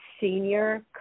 senior